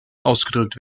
ausgedrückt